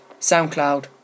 soundcloud